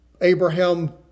Abraham